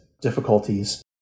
difficulties